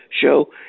show